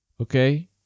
okay